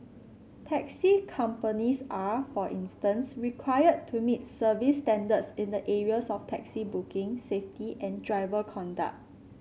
taxi companies are for instance required to meet service standards in the areas of taxi booking safety and driver conduct